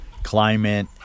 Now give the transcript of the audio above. climate